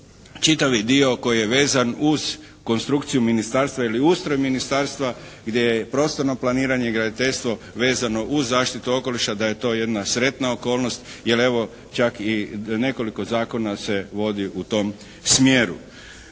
čitavi dio koji je vezan uz konstrukciju Ministarstva ili ustroj Ministarstva gdje je i prostorno planiranje i graditeljstvo vezano uz zaštitu okoliša da je to jedna sretna okolnost jer evo čak i nekoliko zakona se vodi u tom smjeru.